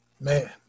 man